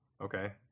okay